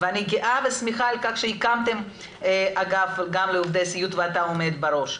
ואני גאה ושמחה על כך שהקמתם אגף גם לעובדי סיעוד ואתה עומד בראשו.